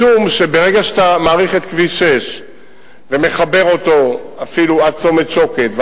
משום שברגע שאתה מאריך את כביש 6 ומחבר אותו אפילו עד צומת שוקת,